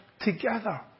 together